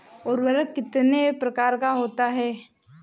उर्वरक कितने प्रकार का होता है?